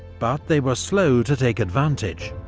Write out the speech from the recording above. but they were slow to take advantage.